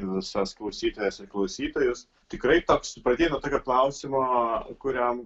visas klausytojas ir klausytojus tikrai toks pradėjai nuo tokio klausimo kuriam